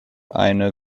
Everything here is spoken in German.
eine